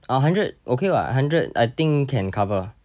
a hundred okay [what] hundred I think can cover